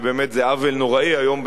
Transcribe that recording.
ובאמת זה עוול נוראי היום,